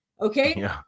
Okay